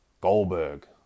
Goldberg